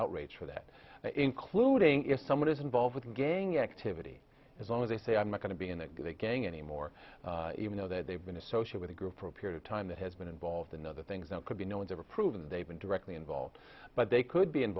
outrage for that including if someone is involved with gang activity as long as they say i'm not going to be in that gang anymore even though that they've been associate with a group for a period of time that has been involved in the other things that could be no one's ever proven they've been directly involved but they could be